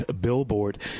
billboard